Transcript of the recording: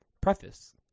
Preface